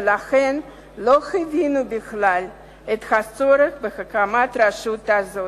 ולכן לא הבינו בכלל את הצורך בהקמת הרשות הזאת.